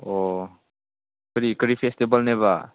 ꯑꯣ ꯀꯔꯤ ꯀꯔꯤ ꯐꯦꯁꯇꯤꯚꯦꯜꯅꯦꯕ